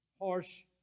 harsh